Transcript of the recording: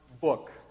book